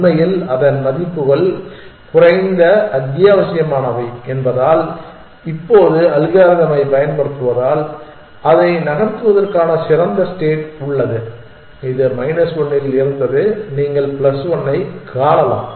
உண்மையில் அதன் மதிப்புகள் குறைந்த அத்தியாவசியமானவை என்பதால் இப்போது அல்காரிதமைப் பயன்படுத்துவதால் அதை நகர்த்துவதற்கான சிறந்த ஸ்டேட் உள்ளது இது மைனஸ் 1 இல் இருந்தது நீங்கள் பிளஸ் 1 ஐக் காணலாம்